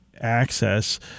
access